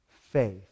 Faith